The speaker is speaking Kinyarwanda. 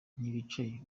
bicaye